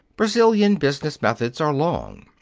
brazilian business methods are long.